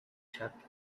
tribesman